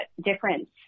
difference